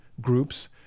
groups